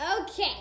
Okay